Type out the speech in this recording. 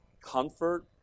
comfort